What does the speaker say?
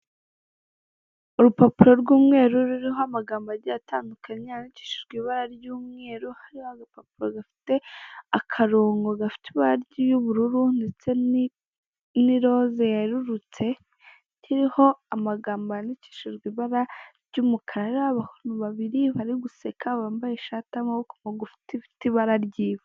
Urupapuro rw'umeru ruriho amagambo agiye atandukanye yandikishijwe ibara ry'umeru hariho agapapuro gafite ibara ry'ubururu ndetse n'iroza yererutse iriho amagambo yandikishijwe ibara ry'umukara, hariho abantu babiri bari guseka bambaye ishati y'amaboko magufi ufite ibara ryiwe.